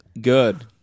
Good